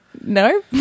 no